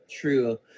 true